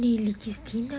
nili qistina